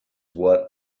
what